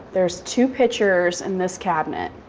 there's two pitchers in this cabinet